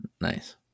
Nice